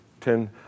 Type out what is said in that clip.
ten